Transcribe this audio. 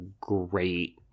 great